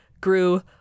grew